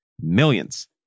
millions